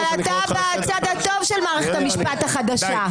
אבל אתה בצד הטוב של מערכת המשפט החדשה,